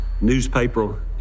newspaper